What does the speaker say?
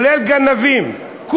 כולל גנבים,